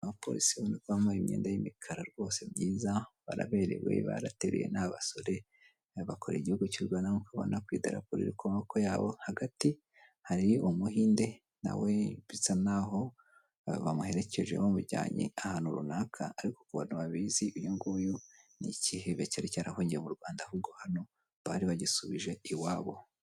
Ugize ejo hezo ukazigamira umwana wawe ku buryo ushobora kugira ikibazo, yamafaranga bakayamuhereza cyangwa se waba uri umusore warabikoze hakiri kare, ukagenda bagahita bayaguhereza ushobora kubaka nibwo buryo bashyizeho. Urabona ko hano rero ni urubyiruko ndetse n'abandi bari kubyamamaza rwose bari kumwe n'inzego z'umutekano niba ndi kureba neza.